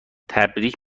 تبریک